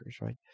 Right